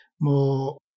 more